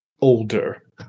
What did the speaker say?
...older